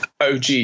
OG